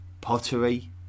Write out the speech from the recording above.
pottery